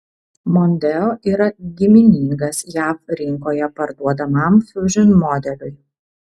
mondeo yra giminingas jav rinkoje parduodamam fusion modeliui